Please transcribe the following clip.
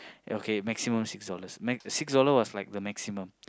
okay maximum six dollars max six dollars was like the maximum